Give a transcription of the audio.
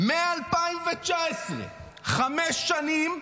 מ-2019, חמש שנים,